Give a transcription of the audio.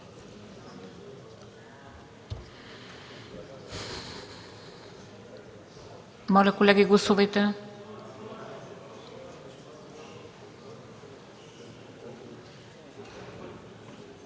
Моля, колеги, гласувайте.